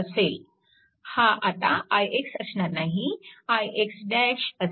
हा आता ix असणार नाही ix असेल